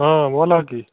हो बोला की